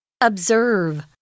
Observe